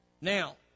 Now